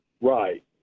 Right